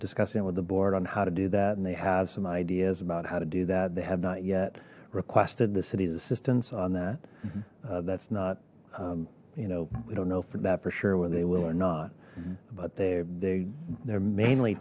discussing it with the board on how to do that and they have some ideas about how to do that they have not yet requested the city's assistance on that that's not you know we don't know for that for sure whether they will or not but there they they're mainly